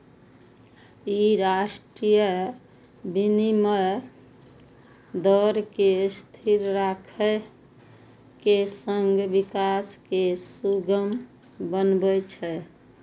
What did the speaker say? ई अंतरराष्ट्रीय विनिमय दर कें स्थिर राखै के संग विकास कें सुगम बनबै छै